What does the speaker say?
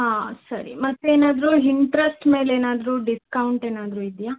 ಹಾಂ ಸರಿ ಮತ್ತೇನಾದರೂ ಹಿಂಟ್ರೆಸ್ಟ್ ಮೇಲೇನಾದರೂ ಡಿಸ್ಕೌಂಟ್ ಏನಾದರೂ ಇದೆಯಾ